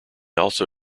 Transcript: also